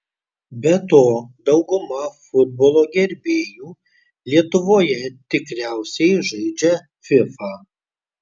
be to dauguma futbolo gerbėjų lietuvoje tikriausiai žaidžia fifa